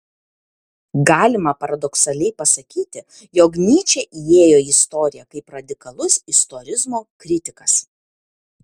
galima paradoksaliai pasakyti jog nyčė įėjo į istoriją kaip radikalus istorizmo kritikas